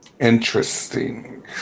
Interesting